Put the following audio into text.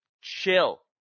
chill